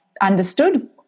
understood